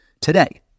today